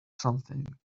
something